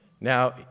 Now